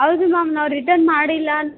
ಹೌದು ಮ್ಯಾಮ್ ನಾವು ರಿಟರ್ನ್ ಮಾಡಿಲ್ಲ